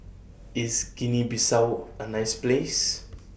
IS Guinea Bissau A nice Place